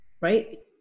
right